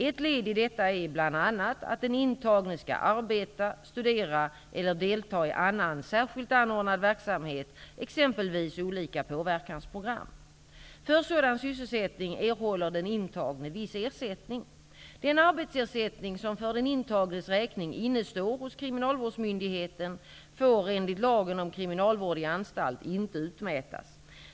Ett led i detta är bl.a. att den intagne skall arbeta, studera eller delta i annan särskilt anordnad verksamhet, exempelvis olika påverkansprogram. För sådan sysselsättning erhåller den intagne viss ersättning. Den arbetsersättning som för den intagnes räkning innestår hos kriminalvårdsmyndighet får enligt lagen om kriminalvård i anstalt inte utmätas.